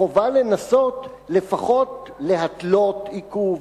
חובה לנסות לפחות להתלות קידום,